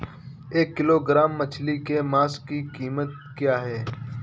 एक किलोग्राम मछली के मांस की कीमत क्या है?